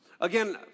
again